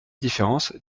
différence